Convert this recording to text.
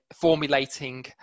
formulating